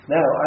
Now